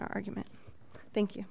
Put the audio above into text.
argument thank you